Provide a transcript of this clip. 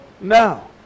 No